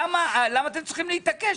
למה אתם צריכים להתעקש?